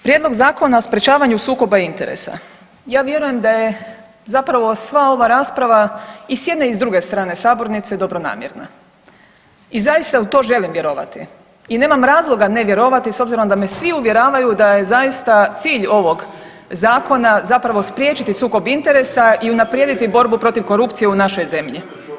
Prijedlog zakona o sprječavanju sukoba interesa, ja vjerujem da je zapravo sva ova rasprava i s jedne i s druge strane sabornice dobronamjerna i zaista u to želim vjerovati i nemam razloga ne vjerovati s obzirom da me svi uvjeravaju da je zaista cilj ovog zakona zapravo spriječiti sukob interesa i unaprijediti borbu protiv korupcije u našoj zemlji.